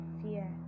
fear